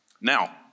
Now